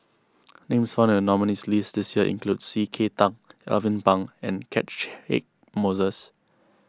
names found in the nominees' list this year include C K Tang Alvin Pang and Catchick Moses